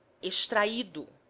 extrahido